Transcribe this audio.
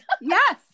Yes